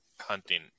hunting